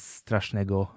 strasznego